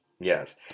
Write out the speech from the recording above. Yes